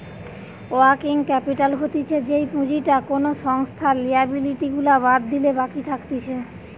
working capital হতিছে যেই পুঁজিটা কোনো সংস্থার লিয়াবিলিটি গুলা বাদ দিলে বাকি থাকতিছে